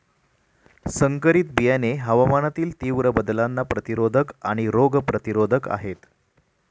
संकरित बियाणे हवामानातील तीव्र बदलांना प्रतिरोधक आणि रोग प्रतिरोधक आहेत